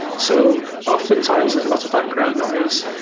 so often times there's a lot of background noise.